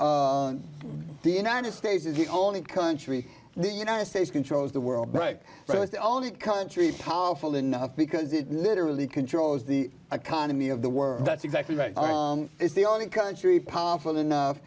that the united states is the only country the united states controls the world broke it was the only country powerful enough because it literally controls the economy of the world that's exactly right it's the only country powerful enough